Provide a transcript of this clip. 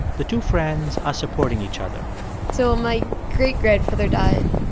the two friends are supporting each other so my great-grandfather died,